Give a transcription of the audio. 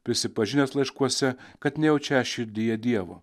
prisipažinęs laiškuose kad nejaučęs širdyje dievo